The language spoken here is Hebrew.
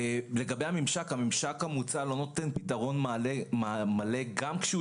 לגבי הממשק הממשק המוצע לא ייתן פתרון מלא גם כשהוא